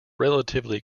relatively